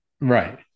Right